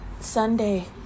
Sunday